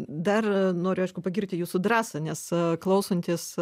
dar noriu aišku pagirti jūsų drąsą nes klausantis